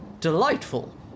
delightful